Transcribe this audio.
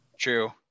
True